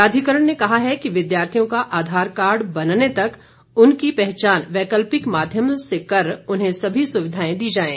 प्राधिकरण ने कहा है कि विद्यार्थियों का आधार कार्ड बनने तक उनकी पहचान वैकल्पिक माध्यमों से कर उन्हें सभी सुविधाएं दी जाएं